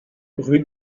rue